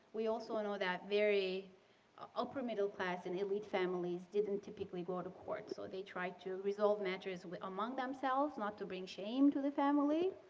we also know that very upper middle class and elite families didn't typically go to courts. so, they try to resolve matters among themselves, not to being shame to the family.